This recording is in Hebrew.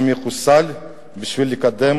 הוא מחוסל בשביל לקדם